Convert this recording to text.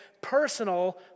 personal